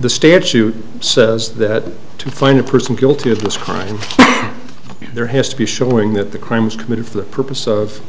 the statute says that to find a person guilty of this crime there has to be showing that the crimes committed for the purpose of